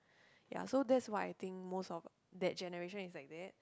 ya so that's why I think most of that generation is like that